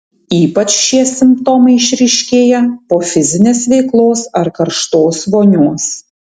ypač šie simptomai išryškėja po fizinės veiklos ar karštos vonios